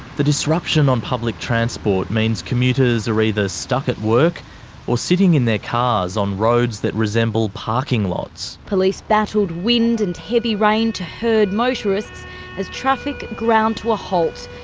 the disruption to public transport means commuters are either stuck at work or sitting in their cars on roads that resemble parking lots. police battled wind and heavy rain to herd motorists as traffic ground to a halt,